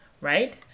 right